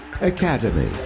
Academy